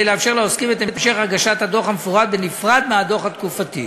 לאפשר לעוסקים את המשך הגשת הדוח המפורט בנפרד מהדוח התקופתי.